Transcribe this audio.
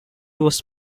was